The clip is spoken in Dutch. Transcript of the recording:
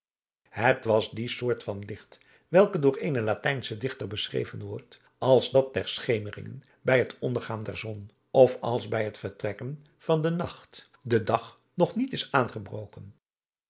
het was die soort van licht welke door eenen latijnschen dichter beschreven wordt als dat der schemeringen bij het ondergaan der zon of als bij het vertrekken van den nacht de dag nog niet is aangebroken